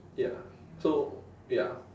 ya so ya